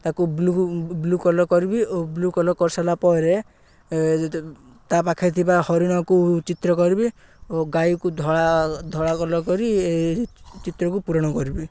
ତାକୁ blue blue colour କରିବି ଓ ବ୍ଲୁ କଲର୍ କରିସାରିଲା ପରେ ତା' ପାଖରେ ଥିବା ହରିଣକୁ ଚିତ୍ର କରିବି ଓ ଗାଈକୁ ଧଳା ଧଳା କଲର୍ କରି ଏ ଚିତ୍ରକୁ ପୂରଣ କରିବି